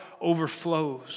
overflows